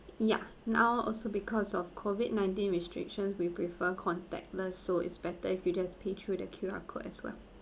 ya now also because of COVID nineteen restrictions we prefer contactless so it's better if you just pay through the Q_R code as well